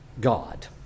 God